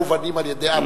מובנים על-ידי העם.